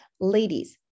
Ladies